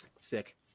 Sick